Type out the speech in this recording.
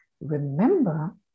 Remember